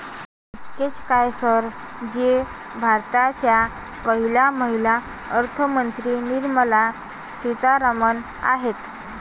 इतकेच काय, सर जी भारताच्या पहिल्या महिला अर्थमंत्री निर्मला सीतारामन आहेत